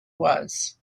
was